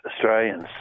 Australians